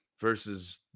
versus